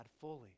fully